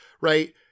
right